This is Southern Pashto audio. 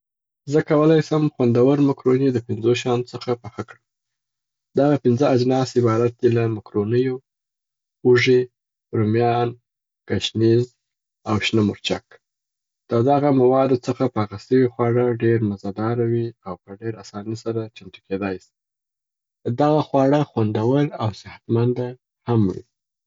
زه کولای سم خوندور مکروني د پنځو شیانو څخه پاخه کړم. دغه پنځه اجناس عبارت دي له مکرونیو، اوږي، رومیان، ګشنیز او شنه مرچک. د دغه موادو څخه پاخه سوي خواړه ډېر مزه داره وي او په ډېره اساني سره چمتو کیدای سي. دغه خواړه خوندور او صحتمنده هم وي.